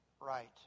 right